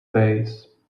base